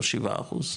או שבעה אחוז,